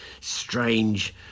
strange